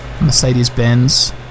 Mercedes-Benz